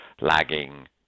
lagging